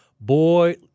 boy